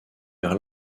vers